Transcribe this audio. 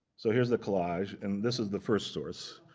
so here's the collage, and this is the first source.